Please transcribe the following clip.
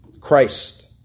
Christ